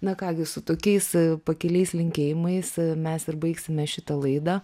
na ką gi su tokiais pakiliais linkėjimais mes ir baigsime šitą laidą